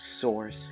source